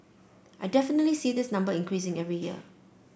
I definitely see this number increasing every year